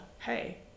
hey